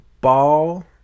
ball